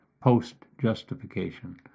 post-justification